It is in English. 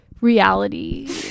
reality